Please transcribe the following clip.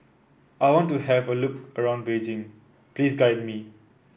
I want to have a look around Beijing Please guide me